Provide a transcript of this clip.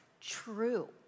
true